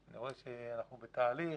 אני רואה שאנחנו בתהליך,